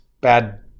bad